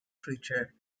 creature